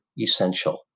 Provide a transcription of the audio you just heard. essential